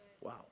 Wow